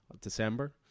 December